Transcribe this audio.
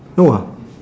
no ah